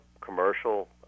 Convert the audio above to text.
commercial